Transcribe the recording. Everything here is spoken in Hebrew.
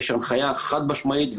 יש הנחיה חד משמעית,